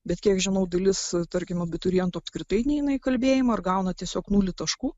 bet kiek žinau dalis tarkim abiturientų apskritai neina į kalbėjimą ir gauna tiesiog nulį taškų